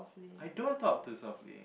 I don't talk too softly